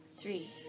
three